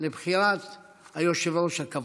לבחירת היושב-ראש הקבוע.